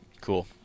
cool